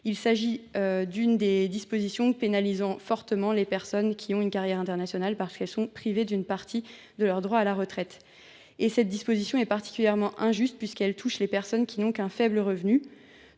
Il s’agit d’une des dispositions pénalisant fortement les personnes qui ont une carrière internationale, parce qu’elles sont ainsi privées d’une partie de leurs droits à la retraite. Cette disposition est particulièrement injuste, car elle touche les personnes dont le revenu